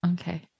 Okay